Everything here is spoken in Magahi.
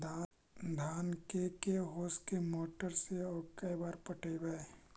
धान के के होंस के मोटर से औ के बार पटइबै?